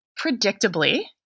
predictably